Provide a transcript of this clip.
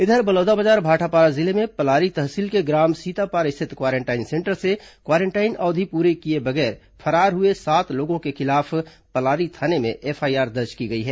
इधर बलौदाबाजार भाटापारा जिले में पलारी तहसील के ग्राम सीतापार स्थित क्वारेंटाइन सेंटर से क्वारेंटाइन अवधि पूरी किए बगैर फरार हुए सात लोगों के खिलाफ पलारी थाने में एफआईआर दर्ज की गई है